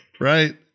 right